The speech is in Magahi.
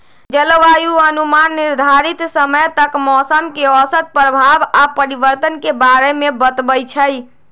जलवायु अनुमान निर्धारित समय तक मौसम के औसत प्रभाव आऽ परिवर्तन के बारे में बतबइ छइ